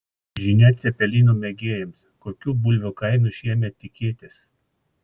žinia cepelinų mėgėjams kokių bulvių kainų šiemet tikėtis